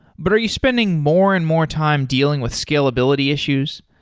but are you spending more and more time dealing with scalability issues?